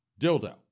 dildo